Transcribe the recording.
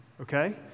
okay